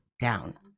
down